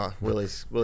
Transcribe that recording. Willie's